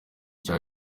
cya